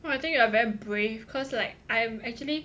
well I think you are very brave cause like I'm actually